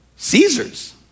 Caesar's